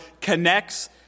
connects